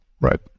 right